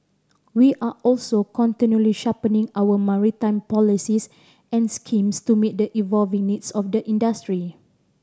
we are also continually sharpening our maritime policies and schemes to meet the evolving needs of the industry